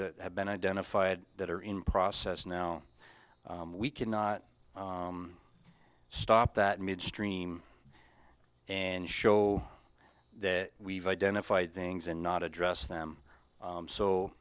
that have been identified that are in process now we cannot stop that midstream and show that we've identified things and not address them